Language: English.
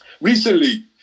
Recently